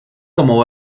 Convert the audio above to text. como